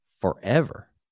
forever